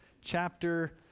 chapter